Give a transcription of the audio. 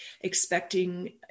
expecting